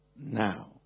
Now